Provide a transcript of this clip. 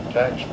tax